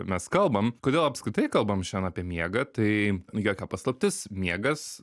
mes kalbam kodėl apskritai kalbam šian apie miegą tai jokia paslaptis miegas